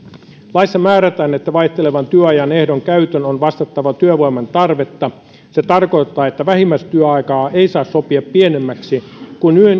laissa määrätään että vaihtelevan työajan ehdon käytön on vastattava työvoiman tarvetta se tarkoittaa että vähimmäistyöaikaa ei saa sopia pienemmäksi kuin